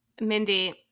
Mindy